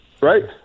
right